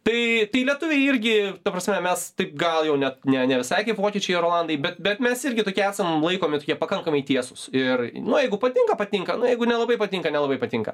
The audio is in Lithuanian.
tai tai lietuviai irgi ta prasme mes tai gal jau net ne ne visai kaip vokiečiai ir olandai bet bet mes irgi tokie esam laikomi tokie pakankamai tiesūs ir nu jeigu patinka patinka na jeigu nelabai patinka nelabai patinka